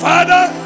Father